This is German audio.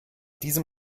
diesem